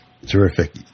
Terrific